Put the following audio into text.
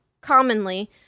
commonly